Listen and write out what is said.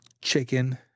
chicken